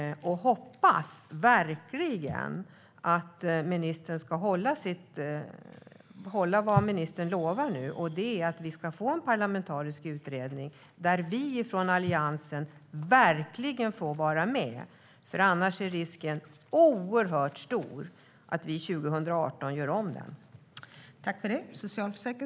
Jag hoppas verkligen att ministern ska hålla vad hon lovar, nämligen att vi ska få en parlamentarisk utredning där vi från Alliansen verkligen får vara med. Annars är risken oerhört stor att vi gör om den 2018.